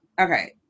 okay